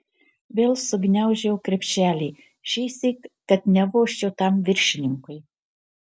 vėl sugniaužiau krepšelį šįsyk kad nevožčiau tam viršininkui